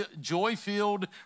joy-filled